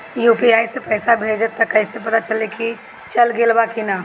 UPI से पइसा भेजम त कइसे पता चलि की चल गेल बा की न?